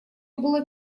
было